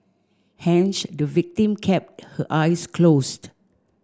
hence the victim kept her eyes closed